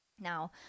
now